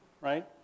Right